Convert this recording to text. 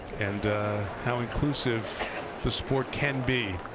and how inclusive the sport can be.